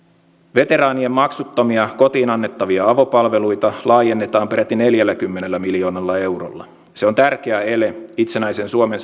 veteraanien maksuttomia kotiin annettavia avopalveluita laajennetaan peräti neljälläkymmenellä miljoonalla eurolla se on tärkeä ele itsenäisen suomen